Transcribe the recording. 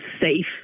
safe